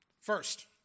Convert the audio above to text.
First